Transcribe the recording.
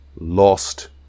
lost